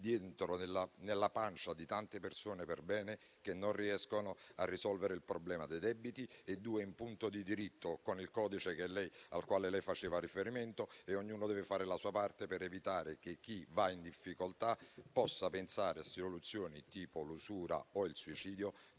nella pancia di tante persone perbene che non riescono a risolvere il problema dei debiti; in secondo luogo, in punto di diritto, con il codice al quale lei faceva riferimento. Ognuno deve fare la sua parte per evitare che chi va in difficoltà possa pensare a soluzioni come l'usura o il suicidio,